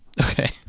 okay